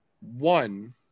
one